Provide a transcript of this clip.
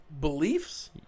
beliefs